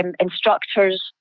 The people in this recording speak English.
instructors